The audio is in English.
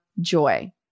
joy